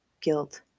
guilt